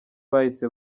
bahise